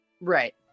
right